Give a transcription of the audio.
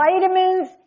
vitamins